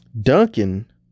Duncan